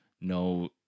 no